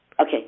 Okay